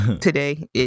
today